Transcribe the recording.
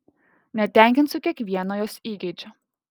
netenkinsiu kiekvieno jos įgeidžio